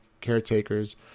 caretakers